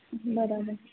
બરાબર